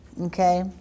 Okay